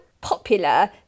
popular